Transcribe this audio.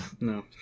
No